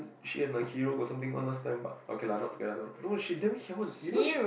she and the hero got something on last time but okay lah not together no she damn hiao one you know she